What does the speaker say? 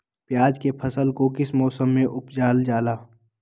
प्याज के फसल को किस मौसम में उपजल जाला?